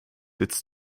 its